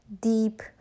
deep